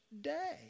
day